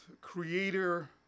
creator